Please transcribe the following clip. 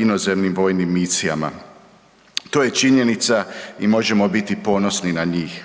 inozemnim vojnim misijama. To je činjenica i možemo biti ponosni na njih.